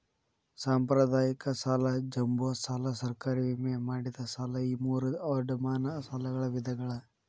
ಸಾಂಪ್ರದಾಯಿಕ ಸಾಲ ಜಂಬೋ ಸಾಲ ಸರ್ಕಾರಿ ವಿಮೆ ಮಾಡಿದ ಸಾಲ ಈ ಮೂರೂ ಅಡಮಾನ ಸಾಲಗಳ ವಿಧಗಳ